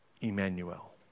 Emmanuel